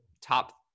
top